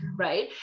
Right